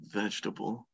vegetable